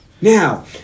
now